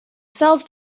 sells